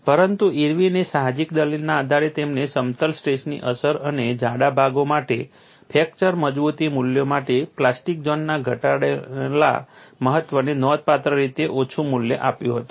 પરંતુ ઇર્વિને સાહજિક દલીલના આધારે તેમણે સમતલ સ્ટ્રેસની અસર અને જાડા ભાગો માટે ફ્રેક્ચર મજબૂતી મૂલ્યો માટે પ્લાસ્ટિક ઝોનના ઘટેલા મહત્વને નોંધપાત્ર રીતે ઓછું મૂલ્ય આપ્યું હતું